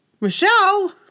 Michelle